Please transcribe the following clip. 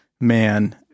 man